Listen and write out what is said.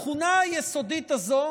התכונה היסודית הזו